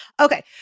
Okay